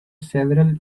several